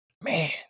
man